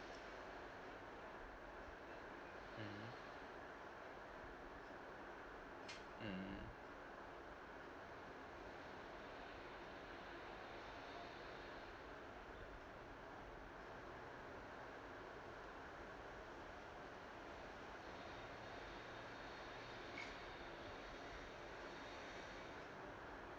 mmhmm mm